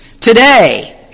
today